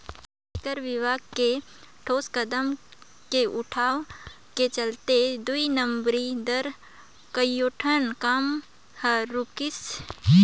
आयकर विभाग के ठोस कदम के उठाव के चलते दुई नंबरी दार कयोठन काम हर रूकिसे